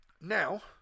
now